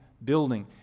building